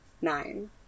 nine